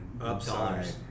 upside